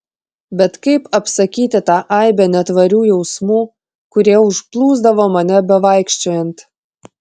bet kaip apsakyti tą aibę netvarių jausmų kurie užplūsdavo mane bevaikščiojant